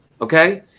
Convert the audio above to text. okay